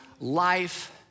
life